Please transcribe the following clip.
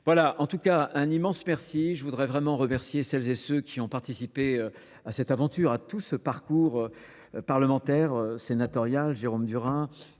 Voilà, en tout cas un immense merci. Je voudrais vraiment remercier celles et ceux qui ont participé à cette aventure, à tout ce parcours parlementaire, sénatorial, Jérôme Durin,